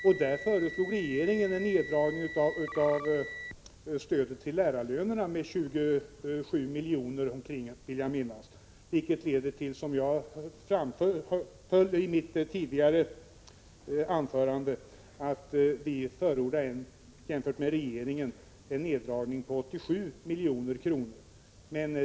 Regeringen föreslog en neddragning av stödet till lärarlönerna med omkring 27 milj.kr., vill jag minnas. Som jag framhöll i mitt tidigare anförande förordar vi, jämfört med regeringen, en neddragning på 87 milj.kr.